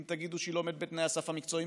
אם תגידו שהיא לא עומדת בתנאי הסף המקצועיים,